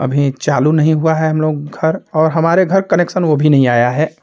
अभी चालू नहीं हुआ है हम लोग घर और हमारे घर कनेक्शन वह भी नहीं आया है